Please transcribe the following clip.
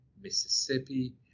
mississippi